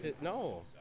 no